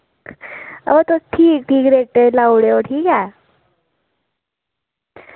अवा तुस ठीक ठीक रेटै उप्पर लाई ओड़ेओ ठीक ऐ